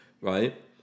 right